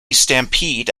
stampede